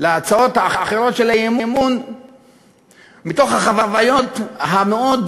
להצעות האחרות של האי-אמון מתוך החוויות המאוד,